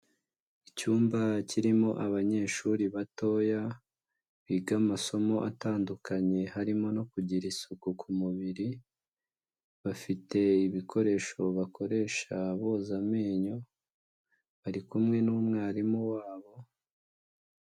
Icyumba kirimo abanyeshuri batoya, biga amasomo atandukanye harimo no kugira isuku ku mubiri, bafite ibikoresho bakoresha boza amenyo, bari kumwe n'umwarimu wabo